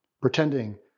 pretending